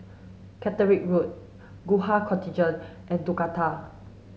Caterick Road Gurkha Contingent and Dakota